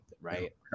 right